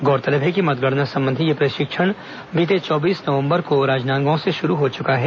गौरतलब है कि मतगणना संबंधी यह प्रशिक्षण बीते चौबीस नवंबर को राजनांदगांव से शुरू हो चुका है